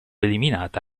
eliminata